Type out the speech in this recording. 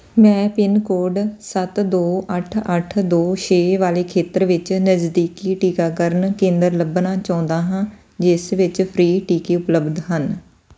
ਮੈਂ pin code ਸੱਤ ਦੋ ਅੱਠ ਅੱਠ ਦੋ ਛੇ ਵਾਲੇ ਖੇਤਰ ਵਿੱਚ ਨਜ਼ਦੀਕੀ ਟੀਕਾਕਰਨ ਕੇਂਦਰ ਲੱਭਣਾ ਚਾਹੁੰਦਾ ਹਾਂ ਜਿਸ ਵਿੱਚ ਫ੍ਰੀ ਟੀਕੇ ਉਪਲੱਬਧ ਹਨ